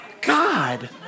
God